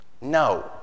No